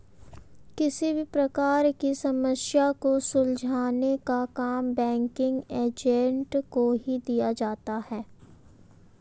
किसी भी प्रकार की समस्या को सुलझाने का काम बैंकिंग एजेंट को ही दिया जाता है